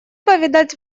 повидать